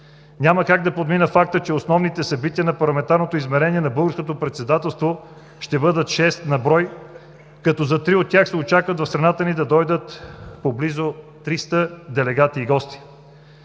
Няма как да подмина факта, че основните събития на Парламентарното измерение на Българското председателство ще бъдат шест на брой, като за три от тях се очаква в страната ни да дойдат по близо 300 делегати и гости.